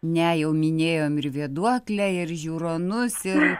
ne jau minėjom ir vėduoklę ir žiūronus ir